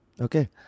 Okay